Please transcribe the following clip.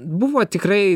buvo tikrai